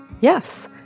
Yes